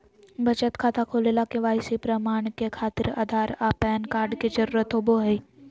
बचत खाता खोले ला के.वाइ.सी प्रमाण के खातिर आधार आ पैन कार्ड के जरुरत होबो हइ